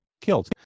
killed